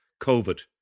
COVID